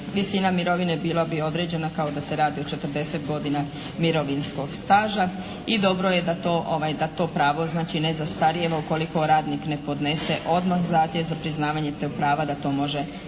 Visina mirovine bila bi određena kao da se radi o 40 godina mirovinskog staža i dobro je da to, da to pravo znači ne zastarijeva ukoliko radnik ne podnese odmah zahtjev za priznavanje tog prava, da to može učiniti